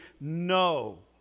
no